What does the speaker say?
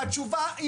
והתשובה היא